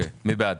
מי בעד